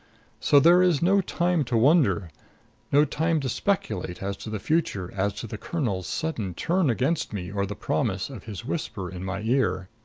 so there is no time to wonder no time to speculate as to the future, as to the colonel's sudden turn against me or the promise of his whisper in my ear.